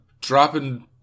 dropping